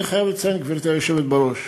אני חייב לציין, גברתי היושבת בראש,